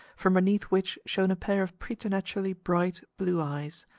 from beneath which shone a pair of preternaturally bright blue eyes.